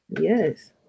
Yes